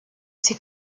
c’est